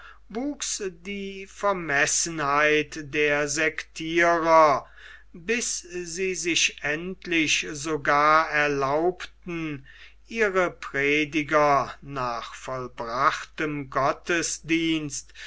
wuchs die vermessenheit der sektierer bis sie sich endlich sogar erlaubten ihre prediger nach vollbrachtem gottesdienst